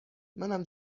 منم